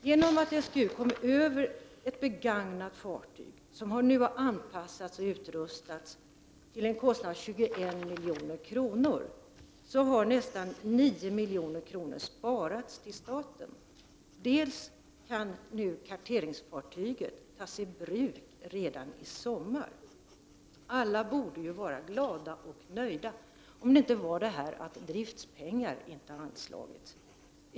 Genom att SGU kom över ett begagnat fartyg, som anpassats och utrustats till en kostnad av ca 21 milj.kr., har nästan 9 milj.kr. sparats åt staten. Dessutom kan det nya karteringsfartyget tas i bruk redan i sommar. Alla borde vara glada och nöjda, men tyvärr har inga driftsmedel anslagits.